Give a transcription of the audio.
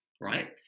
right